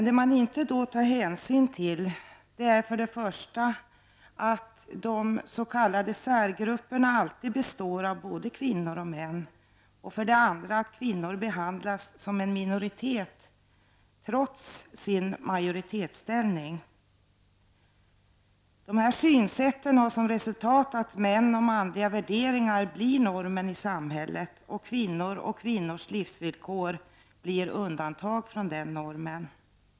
Det man då inte tar hänsyn till är för det första att så kallade särgrupper alltid består av både kvinnor och män, för det andra att kvinnor behandlas som en minoritet trots sin majoritetsställning. Dessa synsätt har som resultat att män och manliga värderingar blir normen i samhället, och kvinnor och kvinnors livsvillkor blir undantag från den normen.